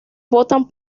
votan